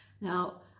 Now